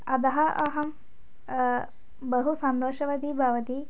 अतः अहं बहु सन्तोषवती भवति